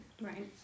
Right